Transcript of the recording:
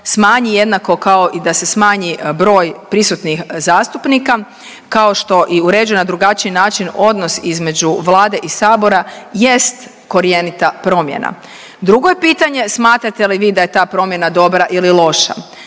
smanji jednako kao i da se smanji broj prisutnih zastupnika, kao što i uređuje na drugačiji način odnos između Vlade i sabora, jest korjenita promjena. Drugo je pitanje, smatrate li vi da je ta promjena dobra ili loša.